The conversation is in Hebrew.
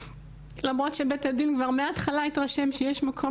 למרות שבית הדין כבר מהתחלה התרשם שיש מקום